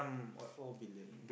four billion